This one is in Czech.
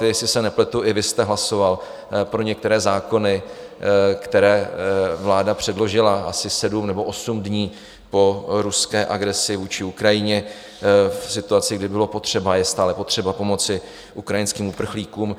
Jestli se nepletu, i vy jste hlasoval pro některé zákony, které vláda předložila asi sedm nebo osm dní po ruské agresi vůči Ukrajině v situaci, kdy bylo potřeba a je stále potřeba pomoci ukrajinským uprchlíkům.